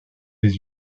les